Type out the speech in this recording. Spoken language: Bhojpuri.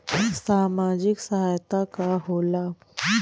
सामाजिक सहायता का होला?